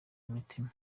imitima